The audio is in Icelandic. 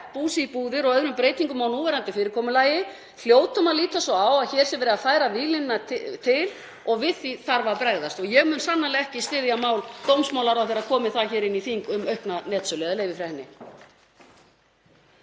búsi í búðir og öðrum breytingum á núverandi fyrirkomulagi hljótum að líta svo á að hér sé verið að færa víglínuna til og við því þarf að bregðast. Og ég mun sannarlega ekki styðja mál dómsmálaráðherra, komi það hér inn í þingið, um aukna netsölu eða leyfi fyrir